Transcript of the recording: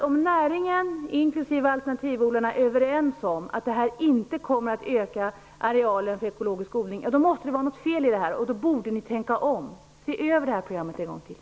Om näringen inklusive alternativodlarna är överens om att detta förslag inte kommer att öka arealen för ekologisk odling måste det vara något fel, och då borde vi tänka om och se över programmet en gång till.